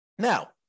Now